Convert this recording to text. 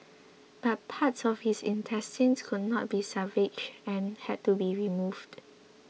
but parts of his intestines could not be salvaged and had to be removed